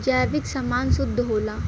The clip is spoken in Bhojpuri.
जैविक समान शुद्ध होला